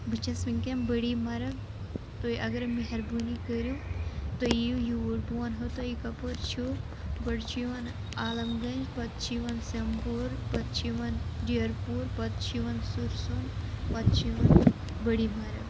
بہٕ چھَس وُنکیٚن بٔڑی مرٕگ تُہۍ اگرے مہربٲنی کٔرِو تُہۍ یِیو یوٗر بہِ ونہٕ ہو تۄہہِ یہِ کپٲر چھُو گۄڈٕ چھُ یِوان عالم گنج پتہٕ چھُ یوان سیٚمپور پتہٕ چھُ یوان ڈیرپور پتہٕ چھُ یوان سُرسُن پتہٕ چھُ یوان بٔڑۍ مرٕگ